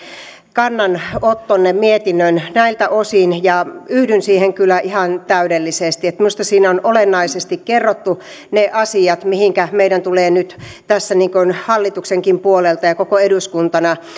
kannanottonne mietinnön näiltä osin ja yhdyn siihen kyllä ihan täydellisesti minusta siinä on olennaisesti kerrottu ne asiat mihin meidän tulee nyt tässä hallituksenkin puolelta ja koko eduskuntana